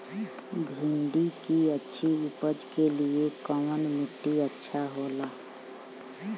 भिंडी की अच्छी उपज के लिए कवन मिट्टी अच्छा होला?